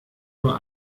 nur